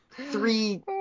three